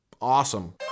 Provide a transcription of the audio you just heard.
awesome